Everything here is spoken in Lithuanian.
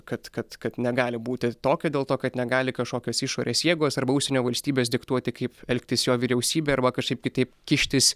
kad kad kad negali būti tokio dėl to kad negali kažkokios išorės jėgos arba užsienio valstybės diktuoti kaip elgtis jo vyriausybei arba kažkaip kitaip kištis